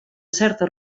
certa